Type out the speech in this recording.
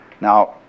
Now